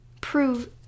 prove